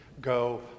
go